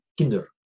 kinder